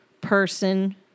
person